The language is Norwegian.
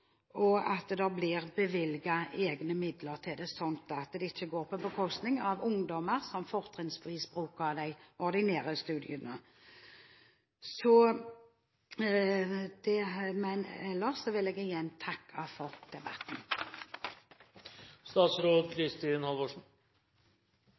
og at det blir bevilget egne midler til det, så det ikke går på bekostning av ungdommer som fortrinnsvis bruker de ordinære studiene. Ellers vil jeg igjen takke for debatten.